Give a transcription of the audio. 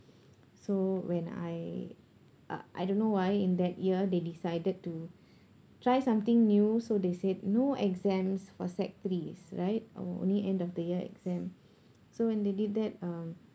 so when I uh I don't know why in that year they decided to try something new so they said no exams for sec three right our only end of the year exam so when they did that um